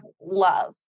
love